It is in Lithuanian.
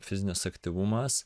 fizinis aktyvumas